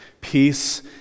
peace